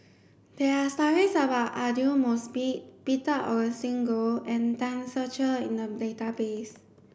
there are stories about Aidli Mosbit Peter Augustine Goh and Tan Ser Cher in the database